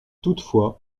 toutefois